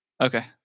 Okay